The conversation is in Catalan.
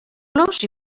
los